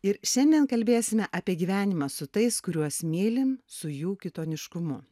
ir šiandien kalbėsime apie gyvenimą su tais kuriuos mylim su jų kitoniškumu